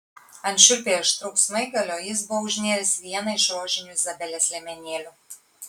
ant šiurpiai aštraus smaigalio jis buvo užnėręs vieną iš rožinių izabelės liemenėlių